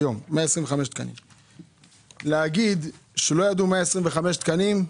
איך אפשר להגיד שלא ידעו על 125 תקנים?